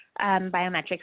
biometrics